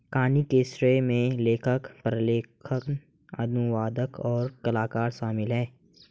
कहानी के श्रेय में लेखक, प्रलेखन, अनुवादक, और कलाकार शामिल हैं